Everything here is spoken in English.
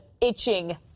itching